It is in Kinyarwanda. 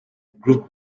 group